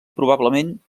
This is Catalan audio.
probablement